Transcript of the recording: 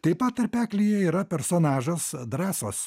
taip pat tarpeklyje yra personažas drąsos